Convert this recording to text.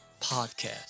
podcast